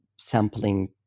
sampling